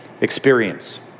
experience